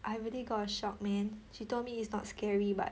I really got a shock man she told me it's not scary but